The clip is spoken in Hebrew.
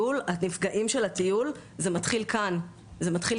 הנפגעים של הטיול, זה מתחיל כאן בארץ.